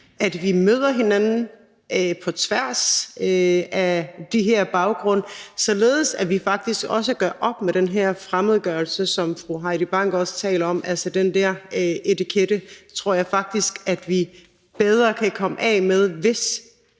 at vi møder hinanden på tværs af de her baggrunde, således at vi faktisk også gør op med den her fremmedgørelse, som fru Heidi Bank også taler om. Den etikette tror jeg faktisk vi bedre kan komme af med, hvis